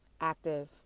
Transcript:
active